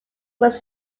was